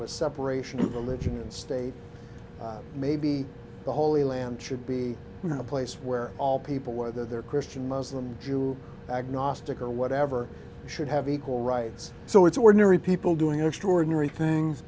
with separation of religion and state may be the holy land should be a place where all people whether they're christian muslim jew agnostic or whatever should have equal rights so it's ordinary people doing extraordinary things